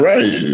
Right